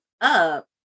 up